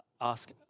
ask